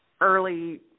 early